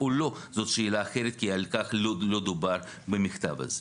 או לא זאת שאלה אחרת כי על כך לא דובר במכתב הזה.